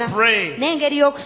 pray